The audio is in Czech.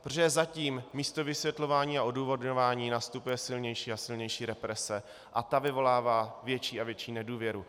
Protože zatím místo vysvětlování a odůvodňování nastupuje silnější a silnější represe a ta vyvolává větší a větší nedůvěru.